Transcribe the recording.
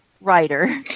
writer